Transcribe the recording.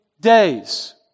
days